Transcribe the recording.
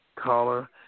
caller